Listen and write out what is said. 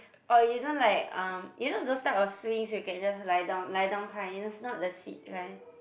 or you know like um you know those type of swings you can just lie down lie down kind it's not the sit kind